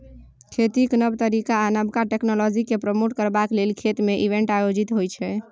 खेतीक नब तरीका आ नबका टेक्नोलॉजीकेँ प्रमोट करबाक लेल खेत मे इवेंट आयोजित होइ छै